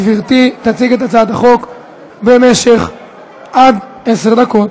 גברתי תציג את הצעת החוק במשך עד עשר דקות.